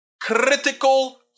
critical